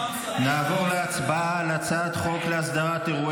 הפעם צריך --- נעבור להצבעה על הצעת חוק להסדרת אירוע